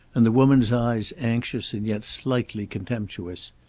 and the woman's eyes anxious and yet slightly contemptuous.